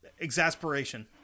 exasperation